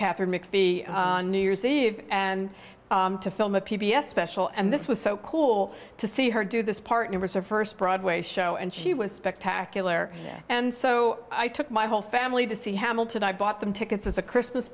katharine mcphee new year's eve and to film a p b s special and this was so cool to see her do this part numbers or first broadway show and she was spectacular and so i took my whole family to see hamilton i bought them tickets as a christmas